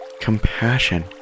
compassion